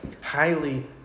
highly